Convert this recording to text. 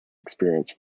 experience